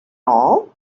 all